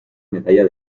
medalla